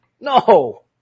No